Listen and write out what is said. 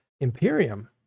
Imperium